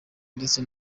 ndetse